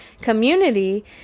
community